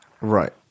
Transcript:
Right